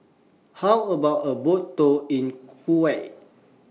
How about A Boat Tour in Kuwait